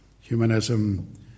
Humanism